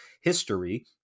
history